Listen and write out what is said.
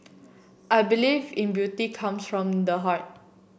I believe in beauty comes from the heart